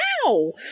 Ow